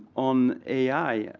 on ai,